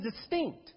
distinct